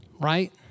Right